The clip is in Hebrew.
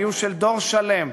היו של דור שלם,